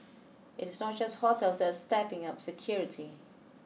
it is not just hotels that stepping up security